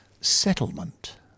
Settlement